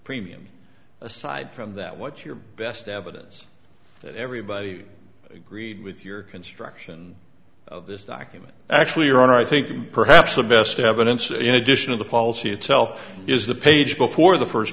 premium aside from that what's your best evidence that everybody agreed with your construction of this document actually your honor i think perhaps the best evidence in addition of the policy itself is the page before the first